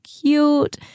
cute